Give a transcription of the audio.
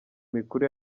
mikuru